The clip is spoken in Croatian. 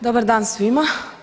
Dobar dan svima.